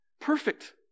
perfect